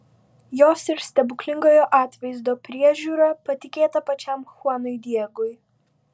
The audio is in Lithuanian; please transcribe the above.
jos ir stebuklingojo atvaizdo priežiūra patikėta pačiam chuanui diegui